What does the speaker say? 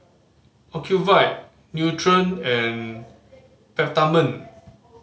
Ocuvite Nutren and Peptamen